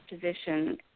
position